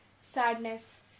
sadness